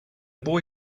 boy